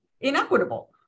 inequitable